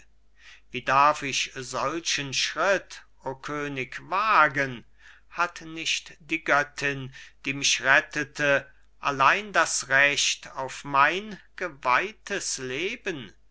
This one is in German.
wie darf ich solchen schritt o könig wagen hat nicht die göttin die mich rettete allein das recht auf mein geweihtes leben